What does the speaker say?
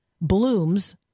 blooms